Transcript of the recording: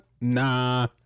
Nah